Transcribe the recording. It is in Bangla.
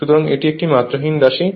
সুতরাং এটি একটি মাত্রাহীন রাশি